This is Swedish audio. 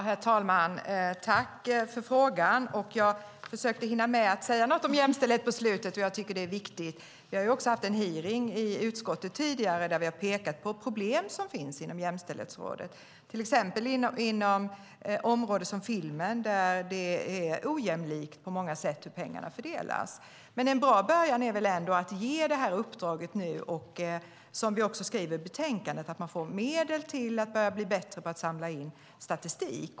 Herr talman! Jag tackar för frågan. Jag försökte hinna med att säga något om jämställdhet på slutet. Jag tycker att det är viktigt. Vi har också haft en hearing i utskottet tidigare, där vi har pekat på problem som finns inom jämställdhetsområdet. Det gäller till exempel inom ett område som filmen, där det på många sätt är ojämlikt hur pengarna fördelas. Men en bra början är väl ändå att nu ge detta uppdrag och att man, som vi också skriver i betänkandet, får medel till att börja bli bättre på att samla in statistik.